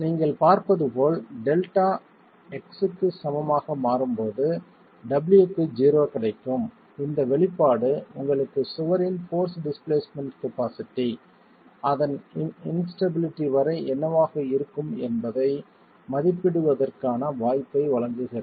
நீங்கள் பார்ப்பது போல டெல்டா x க்கு சமமாக மாறும்போது w க்கு 0 கிடைக்கும் இந்த வெளிப்பாடு உங்களுக்கு சுவரின் போர்ஸ் டிஸ்பிளேஸ்மென்ட் கபாஸிட்டி அதன் இன்ஸ்டபிளிட்டி வரை என்னவாக இருக்கும் என்பதை மதிப்பிடுவதற்கான வாய்ப்பை வழங்குகிறது